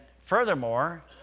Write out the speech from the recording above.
furthermore